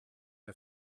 der